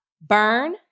Burn